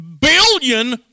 billion